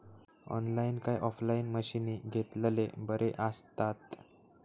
Online काय offline मशीनी घेतलेले बरे आसतात?